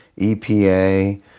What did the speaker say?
EPA